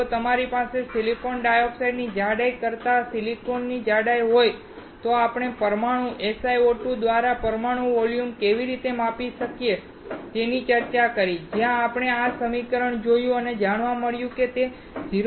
જો તમારી પાસે સિલિકોન ડાયોક્સાઇડની જાડાઈ કરતાં સિલિકોનની જાડાઈ હોય તો આપણે પરમાણુ SiO2 દ્વારા પરમાણુ વોલ્યુમ કેવી રીતે માપી શકીએ તેની ચર્ચા કરી જ્યાં આપણે આ સમીકરણ જોયું અને જાણવા મળ્યું કે તે 0